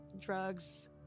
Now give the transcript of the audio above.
drugs